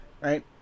right